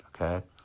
okay